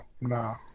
No